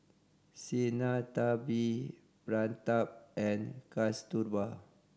Sinnathamby Pratap and Kasturba